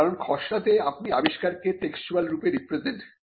কারণ খসড়াতে আপনি আবিষ্কারকে টেক্সচুয়াল রূপে রিপ্রেজেন্ট করছেন